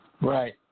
Right